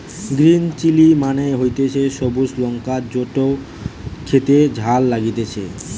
green chilli মানে হতিছে সবুজ লঙ্কা যেটো খেতে ঝাল লাগতিছে